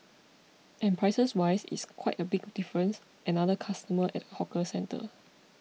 and prices wise it's quite a big difference another customer at a hawker centre